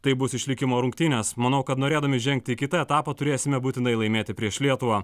tai bus išlikimo rungtynės manau kad norėdami žengti į kitą etapą turėsime būtinai laimėti prieš lietuvą